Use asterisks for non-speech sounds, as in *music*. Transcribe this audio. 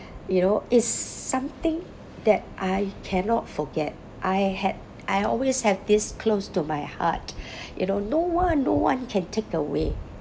you know is something that I cannot forget I had I always have this close to my heart *breath* you know no one no one can take away no one can take away